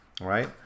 right